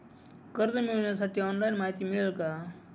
कर्ज मिळविण्यासाठी ऑनलाइन माहिती मिळेल का?